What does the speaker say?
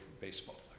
baseball